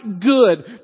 good